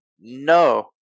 No